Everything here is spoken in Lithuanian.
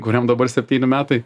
kuriam dabar septyni metai